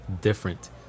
different